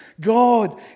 God